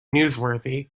newsworthy